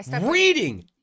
reading